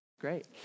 great